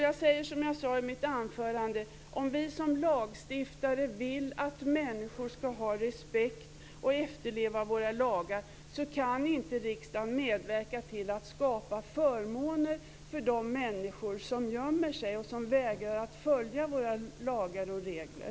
Jag säger som jag sade i mitt anförande: Om vi som lagstiftare vill att människor skall respektera och efterleva våra lagar kan inte riksdagen medverka till att skapa förmåner för de människor som gömmer sig och som vägrar att följa våra lagar och regler.